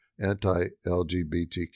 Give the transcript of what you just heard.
anti-LGBTQ